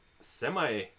semi